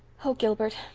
oh, gilbert,